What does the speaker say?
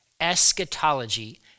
Eschatology